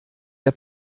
der